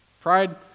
Pride